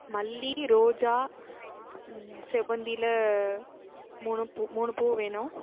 மல்லி ரோஜா செவ்வந்தியில் மூணு பூ மூணு பூ வேணும்